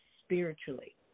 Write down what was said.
spiritually